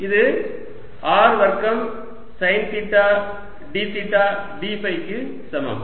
இது r வர்க்கம் sine theta d theta d ஃபைக்கு சமம்